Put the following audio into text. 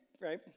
Right